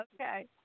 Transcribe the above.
Okay